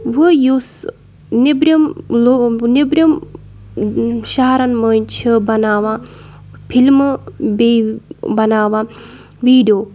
وٕ یُس نٮ۪برِم نٮ۪برِم شَہرَن منٛز چھِ بَناوان فِلمہٕ بیٚیہِ بَناوان ویٖڈیو